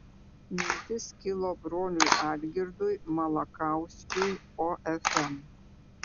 mintis kilo broliui algirdui malakauskiui ofm